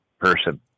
person